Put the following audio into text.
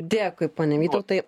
dėkui pone vytautai